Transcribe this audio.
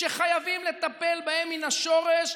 שחייבים לטפל בהן מן השורש,